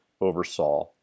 oversaw